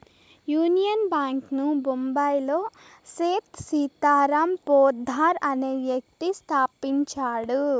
union Bank ను బొంబాయిలో సేథ్ సీతారాం పోద్దార్ అనే వ్యక్తి స్థాపించాడు